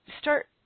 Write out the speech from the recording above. start